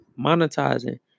monetizing